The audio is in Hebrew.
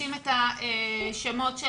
מגישים את השמות של